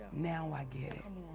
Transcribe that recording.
now i get it.